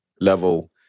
level